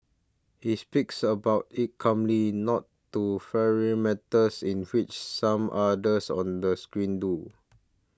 he speaks about it calmly not to fiery matters in which some others on the screen do